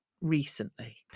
recently